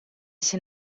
się